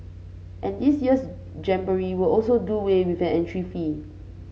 and this year's jamboree will also do way with an entry fee